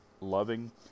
loving